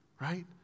right